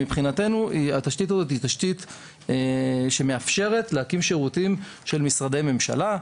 מבחינתנו התשתית הזו היא תשתית שמאפשרת להקים שירותים של משרדי ממשלה,